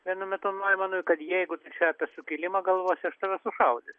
vienu metu noimanui kad jeigu tu čia apie sukilimą galvosi aš tave sušaudysiu